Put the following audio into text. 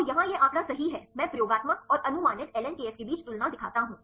तो यहाँ यह आंकड़ा सही है मैं प्रयोगात्मक और अनुमानित ln kf के बीच तुलना दिखाता हूं